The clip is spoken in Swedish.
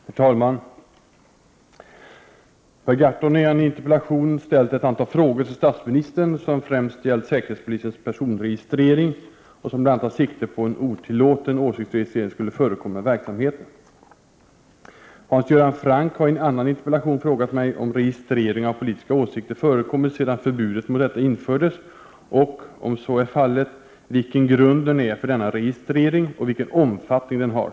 Herr talman! Per Gahrton har i en interpellation till statsministern ställt ett antal frågor, som främst gäller säkerhetspolisens personregistrering och som bl.a. tar sikte på att otillåten åsiktsregistrering skulle förekomma i verksamheten. Hans Göran Franck har i en annan interpellation frågat mig om registrering av politiska åsikter förekommit sedan förbudet mot detta infördes och, om så är fallet, vilken grunden är för denna registrering och vilken omfattning den har.